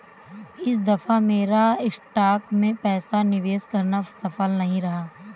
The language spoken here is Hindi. इस दफा मेरा स्टॉक्स में पैसा निवेश करना सफल नहीं रहा